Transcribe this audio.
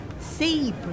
sea